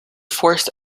forced